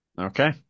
Okay